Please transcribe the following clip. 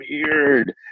weird